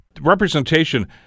Representation